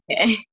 okay